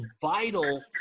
vital